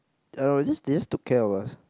I don't know just they just took care of us